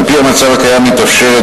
רבותי השרים,